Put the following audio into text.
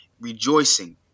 rejoicing